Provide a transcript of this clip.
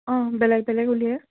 অঁ বেলেগ বেলেগ উলিয়াই